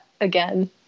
again